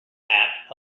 app